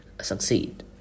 succeed